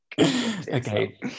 Okay